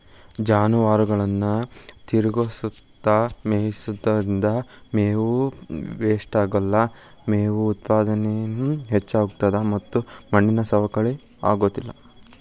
ಜಾನುವಾರುಗಳನ್ನ ತಿರಗಸ್ಕೊತ ಮೇಯಿಸೋದ್ರಿಂದ ಮೇವು ವೇಷ್ಟಾಗಲ್ಲ, ಮೇವು ಉತ್ಪಾದನೇನು ಹೆಚ್ಚಾಗ್ತತದ ಮತ್ತ ಮಣ್ಣಿನ ಸವಕಳಿ ಆಗೋದಿಲ್ಲ